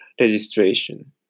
registration